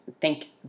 thank